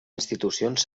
institucions